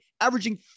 averaging